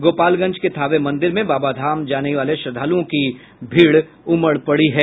गोपालगंज के थावे मंदिर में बाबाधाम जाने वाले श्रद्दालुओं की भीड़ उमड़ पड़ी है